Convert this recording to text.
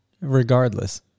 regardless